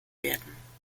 werden